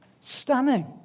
Stunning